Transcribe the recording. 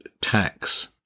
tax